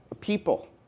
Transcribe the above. people